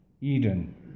Eden